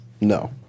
No